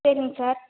சரிங்க சார்